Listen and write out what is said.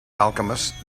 alchemist